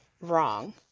wrong